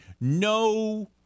no